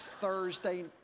Thursday